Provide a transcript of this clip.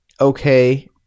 Okay